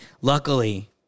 Luckily